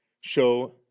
show